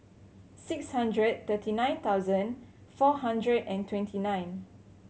six hundred thirty nine thousand four hundred and twenty nine